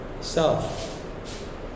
self